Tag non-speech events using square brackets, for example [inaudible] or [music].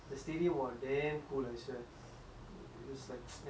it's like [noise] like during recess time you will just fight against each other